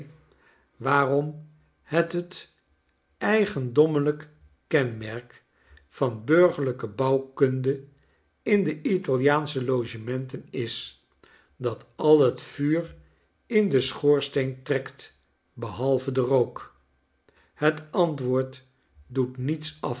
waarom het t eigendommelijk kenmerk van burgerlijke bouwkunde in de italiaansche logementen is dat al het vuur in den schoorsteen trekt behalve de rook het antwoord doet niets af